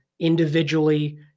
individually